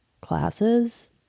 classes